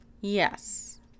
Yes